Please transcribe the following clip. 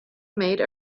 made